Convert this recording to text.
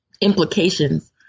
implications